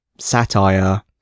satire